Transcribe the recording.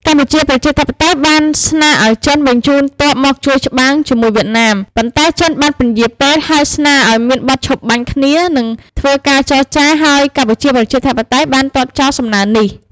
កម្ពុជាប្រជាធិបតេយ្យបានស្នើឱ្យចិនបញ្ជូនទ័ពមកជួយច្បាំងជាមួយវៀតណាម ប៉ុន្តែចិនបានពន្យារពេល ហើយស្នើឱ្យមានបទឈប់បាញ់គ្នា និងធ្វើការចរចា ហើយកម្ពុជាប្រជាធិបតេយ្យបានទាត់ចោលសំណើនេះ។